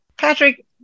Patrick